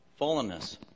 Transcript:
fallenness